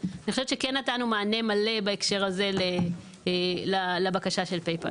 אני חושבת שכן נתנו מענה מלא בהקשר הזה לבקשה של PayPal.